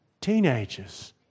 teenagers